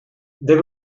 they